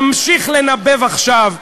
ממשיך לנבב עכשיו,